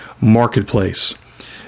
marketplace